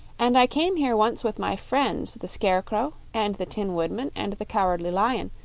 and i came here once with my friends the scarecrow, and the tin woodman, and the cowardly lion,